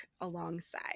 alongside